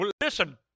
Listen